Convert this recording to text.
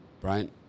Brian